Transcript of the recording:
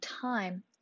time